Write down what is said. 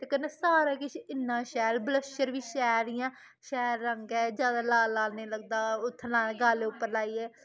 कन्नै सारा किस इन्ना शैल ब्लशर बी शैल इ'यां शैल रंग ऐ ज्यादा लाल लाल नी लगदा उत्थे लाइयै गालें उप्पर लाइयै